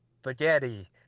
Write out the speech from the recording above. spaghetti